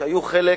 שהיו חלק